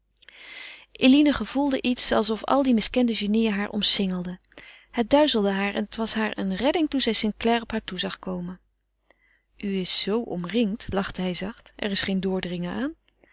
eline gevoelde iets alsof al die miskende genieën haar omsingelden het duizelde haar en het was haar een redding toen zij st clare op haar toe zag komen u is z omringd lachte hij zacht er is geen doordringen aan